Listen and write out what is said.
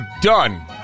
done